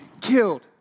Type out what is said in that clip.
killed